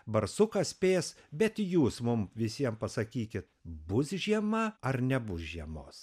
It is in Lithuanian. barsukas spės bet jūs mum visiem pasakykit bus žiema ar nebus žiemos